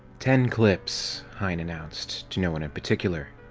ten clips! hein announced, to no one in particular.